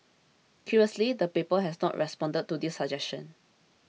curiously the paper has not responded to this suggestion